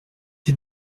des